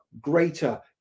greater